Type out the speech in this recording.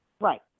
Right